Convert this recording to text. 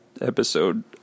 episode